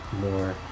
more